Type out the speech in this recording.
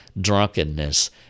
drunkenness